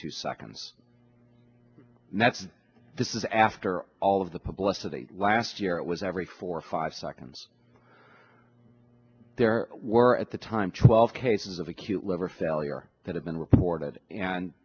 that's this is after all of the publicity last year it was every four or five seconds there were at the time twelve cases of acute liver failure that have been reported and